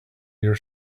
your